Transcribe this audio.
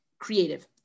creative